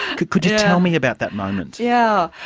could could you tell me about that moment? yeah